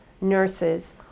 nurses